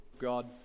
God